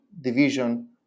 division